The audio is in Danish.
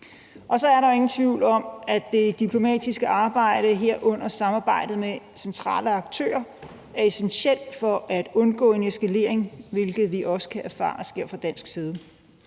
Så er der jo ingen tvivl om, at det diplomatiske arbejde, herunder samarbejdet med centrale aktører, er essentielt for at undgå en eskalering, hvilket vi også kan erfare sker fra dansk side.